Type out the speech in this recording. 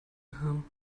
him